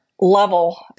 level